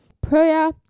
Prayer